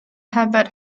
herbert